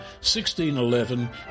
1611